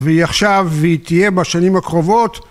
והיא עכשיו והיא תהיה בשנים הקרובות